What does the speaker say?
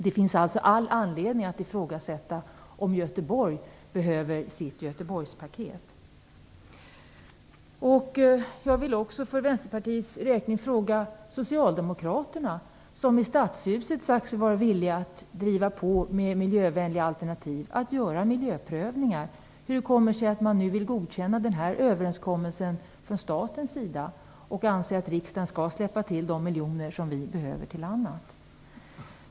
Det finns alltså all anledning att ifrågasätta om Göteborg behöver sitt Jag vill också för Vänsterpartiets räkning fråga hur det kommer sig att Socialdemokraterna, som i stadshuset sagt sig vara villiga att driva på med miljövänliga alternativ och att göra miljöprövningar, nu vill godkänna den här överenskommelsen från statens sida och anser att riksdagen skall släppa till de miljoner vi behöver till annat.